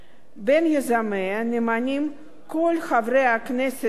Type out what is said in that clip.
בין יוזמיה נמנים כל חברי הכנסת של